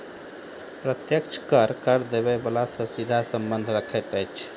प्रत्यक्ष कर, कर देबय बला सॅ सीधा संबंध रखैत अछि